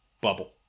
bubble